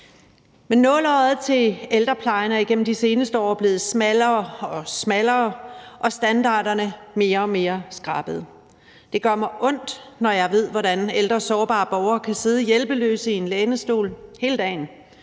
ældreplejen er i de seneste år blevet smallere og smallere og standarderne mere og mere skrabede. Det gør mig ondt, når jeg ved, hvordan ældre sårbare borgere kan sidde hjælpeløse i en lænestol hele dagen